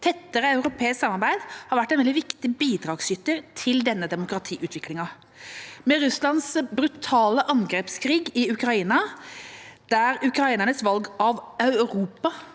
Tettere europeisk samarbeid har vært en veldig viktig bidragsyter til denne demokratiutviklingen. Med Russlands brutale angrepskrig i Ukraina, der ukrainernes valg av Europa